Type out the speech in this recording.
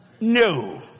No